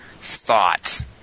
thought